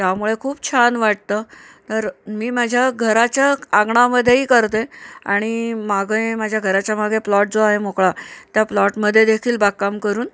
त्यामुळे खूप छान वाटतं तर मी माझ्या घराच्या आंगणामधेही करते आणि मागंही माझ्या घराच्या मागे प्लॉट जो आहे मोकळा त्या प्लॉटमध्ये देखील बागकाम करून